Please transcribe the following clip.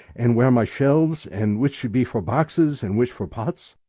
and where my shelves and which should be for boxes, and which for pots.